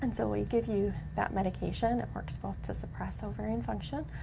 and so we give you that medication. it works both to suppress ovarian function,